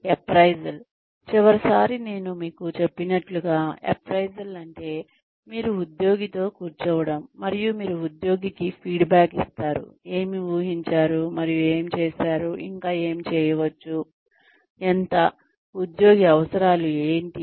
appraisal చివరిసారి నేను మీకు చెప్పినట్లుగా అప్రైసల్ అంటే మీరు ఉద్యోగితో కూర్చోవడం మరియు మీరు ఉద్యోగికి ఫీడ్బ్యాక్ ఇస్తారు ఏమి ఊహించారు మరియు ఏమి చేశారు ఇంకా ఏమి చేయవచ్చు ఎంత ఉద్యోగి అవసరాలు ఎంటి